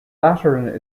lateran